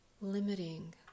limiting